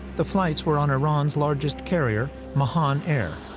the flights were on iran's largest carrier, mahan air.